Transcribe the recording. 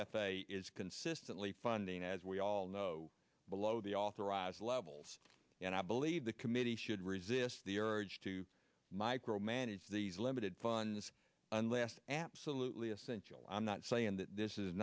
a a is consistently funding as we all know below the authorized levels and i believe the committee should resist the urge to micro manage these limited funds unless absolutely essential i'm not saying that this is